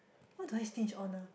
what do I stinge on ah